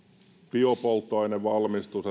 biopolttoainevalmistus